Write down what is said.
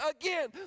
again